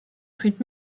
trägt